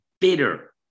bitter